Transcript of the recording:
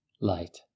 light